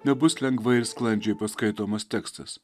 nebus lengvai ir sklandžiai paskaitomas tekstas